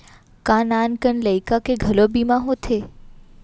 का नान कन लइका के घलो बीमा होथे?